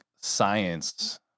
science